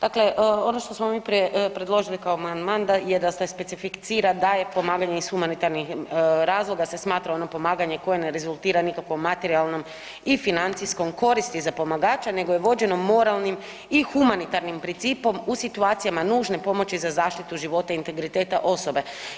Dakle, ono što smo mi predložili kao amandman je da specificira da je pomaganje iz humanitarnih razloga se smatra ono pomaganje koje ne rezultira nikakvom materijalnom i financijskom koristi za pomagača nego je vođeno moralnim i humanitarnim principom u situacijama nužne pomoći za zaštitu života i integriteta osobe.